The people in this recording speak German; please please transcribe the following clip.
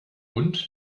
hund